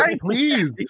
please